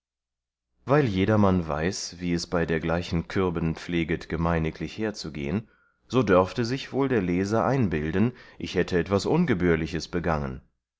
weil jedermann weiß wie es bei dergleichen kürben pfleget gemeiniglich herzugehen so dörfte sich wohl der leser einbilden ich hätte etwas ungebührliches begangen